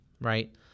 right